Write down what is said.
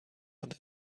that